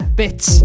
bits